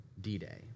D-Day